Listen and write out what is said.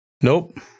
Nope